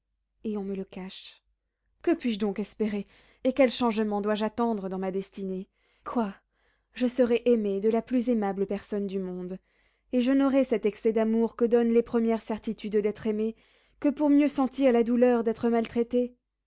et on me le cache que puis-je donc espérer et quel changement dois-je attendre dans ma destinée quoi je serai aimé de la plus aimable personne du monde et je n'aurai cet excès d'amour que donnent les premières certitudes d'être aimé que pour mieux sentir la douleur d'être maltraité